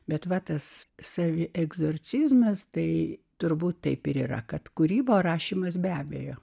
bet va tas savęs egzorcizmas tai turbūt taip ir yra kad kūryba rašymas be abejo